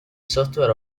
software